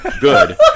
good